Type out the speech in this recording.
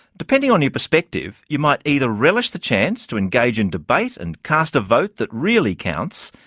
depending on your perspective, you might either relish the chance to engage in debate and cast a vote that really counts,